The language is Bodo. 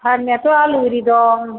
फान्नायाथ' आलु आरि दं